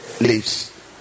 leaves